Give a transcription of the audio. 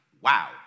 Wow